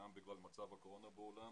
גם בגלל מצב הקורונה בעולם